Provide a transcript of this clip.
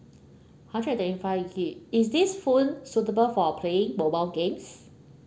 hundred and twenty five gig is this phone suitable for playing mobile games